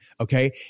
Okay